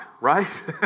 right